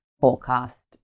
forecast